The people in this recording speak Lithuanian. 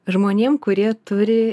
žmonėm kurie turi